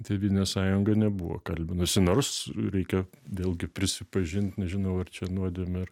tėvynės sąjunga nebuvo kalbinusi nors reikia vėlgi prisipažint nežinau ar čia nuodėmė